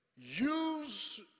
use